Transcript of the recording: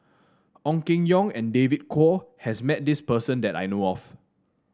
Ong Keng Yong and David Kwo has met this person that I know of